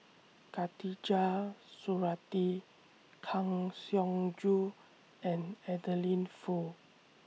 Khatijah Surattee Kang Siong Joo and Adeline Foo